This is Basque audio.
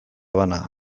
bana